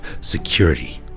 Security